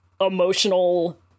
emotional